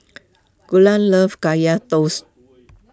Galen loves Kaya Toast